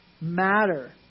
matter